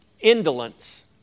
indolence